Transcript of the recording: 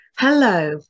Hello